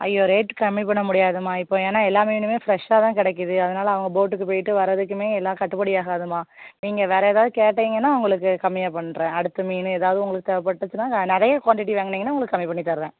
ஐயோ ரேட்டு கம்மி பண்ண முடியாதும்மா இப்போ ஏன்னால் எல்லா மீனுமே ஃப்ரெஷ்ஷாக தான் கிடைக்கிது அதனால் அவங்க போட்டுக்கு போய்விட்டு வர்றதுக்கும்மே எல்லா கட்டுப்படி ஆகாதும்மா நீங்கள் வேறு ஏதாவது கேட்டிங்கன்னால் உங்களுக்கு கம்மியாக பண்ணுறேன் அடுத்து மீன் ஏதாவது உங்களுக்கு தேவைப்பட்டுச்சுன்னா நெ நிறைய குவான்டிட்டி வாங்கினீங்கன்னா உங்களுக்கு கம்மி பண்ணித் தருவேன்